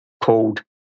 called